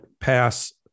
pass